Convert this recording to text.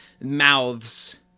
mouths